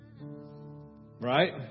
Right